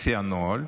לפי הנוהל,